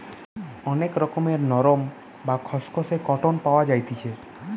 অনেক রকমের নরম, বা খসখসে কটন পাওয়া যাইতেছি